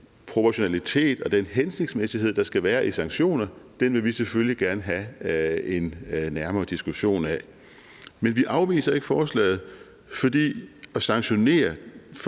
den proportionalitet og den hensigtsmæssighed, der skal være i sanktionerne, vil vi selvfølgelig gerne have en nærmere diskussion af. Men vi afviser ikke forslaget, for sanktioner